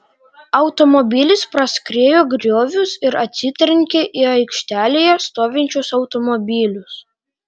automobilis praskriejo griovius ir atsitrenkė į aikštelėje stovinčius automobilius